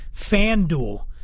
FanDuel